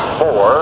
four